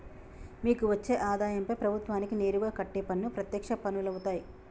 మీకు వచ్చే ఆదాయంపై ప్రభుత్వానికి నేరుగా కట్టే పన్ను ప్రత్యక్ష పన్నులవుతాయ్